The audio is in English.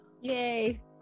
Yay